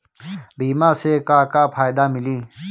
बीमा से का का फायदा मिली?